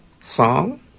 song